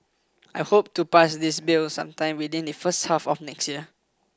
I hope to pass this bill sometime within the first half of next year